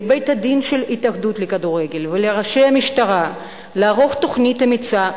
לבית-הדין של ההתאחדות לכדורגל ולראשי המשטרה לערוך תוכנית אמיצה,